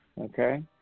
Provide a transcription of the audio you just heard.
okay